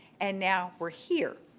and now, we're here.